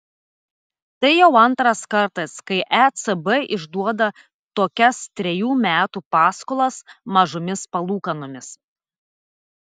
tai jau antras kartas kai ecb išduoda tokias trejų metų paskolas mažomis palūkanomis